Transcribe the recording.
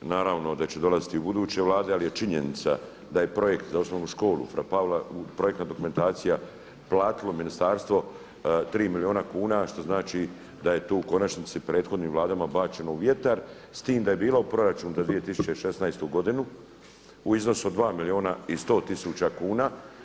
Naravno da će dolaziti buduće vlade ali je činjenica da je projekt za Osnovna škola fra Pavla projektna dokumentacija platilo ministarstvo tri milijuna kuna što znači da je to u konačnici prethodnim vladama bačeno u vjetar, s tim da je bilo u proračunu za 2016. godinu u iznosu od dva milijuna i 100 tisuća kuna.